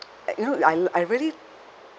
uh you know I I really